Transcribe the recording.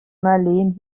marleen